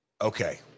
Okay